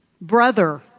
brother